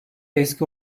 eski